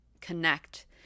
connect